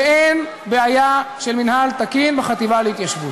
ואין בעיה של מינהל תקין בחטיבה להתיישבות.